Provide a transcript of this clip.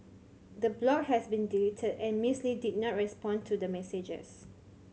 the blog has been deleted and Miss Lee did not respond to the messages